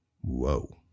Whoa